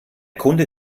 kunde